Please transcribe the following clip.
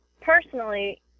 personally